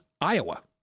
Iowa